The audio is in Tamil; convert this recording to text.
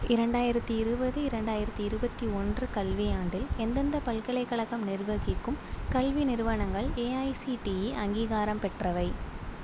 இரண்டாயிரத்து இருபது இரண்டாயிரத்து இருபத்தி ஒன்று கல்வியாண்டில் எந்தெந்த பல்கலைக்கழகம் நிர்வகிக்கும் கல்வி நிறுவனங்கள் ஏஐசிடிஇ அங்கீகாரம் பெற்றவை